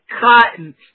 Cotton